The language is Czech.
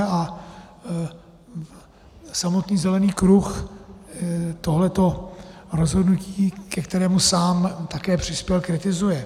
A samotný Zelený kruh tohleto rozhodnutí, ke kterému sám také přispěl, kritizuje.